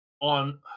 on